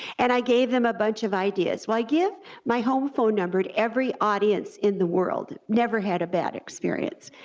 and i gave them a bunch of ideas. well, i give my home phone number to every audience in the world, never had a bad experience,